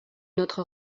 notre